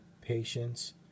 patience